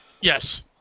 Yes